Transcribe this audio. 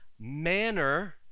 manner